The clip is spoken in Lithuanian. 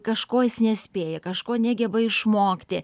kažko jis nespėja kažko negeba išmokti